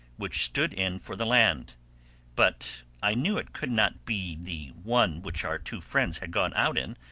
which stood in for the land but i knew it could not be the one which our two friends had gone out in,